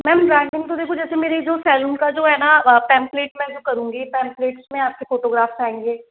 ma'am Rajan तो देखो जैसे मेरे जो सैलून का जो है ना पैम्फ्लेट में जो करूँगी पैंफ्लेट्स में आपके फोटोग्राफ्स आएँगे